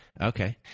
Okay